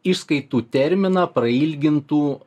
išskaitų terminą prailgintų